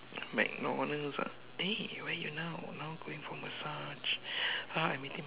MacDonald's ah eh where are you now now I'm going for message !huh! I'm meeting